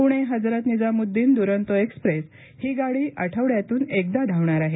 Pune Hazrat Nizamuddin Duronto express ही गाड़ी आठवड्यातून एकदा धावणार आहे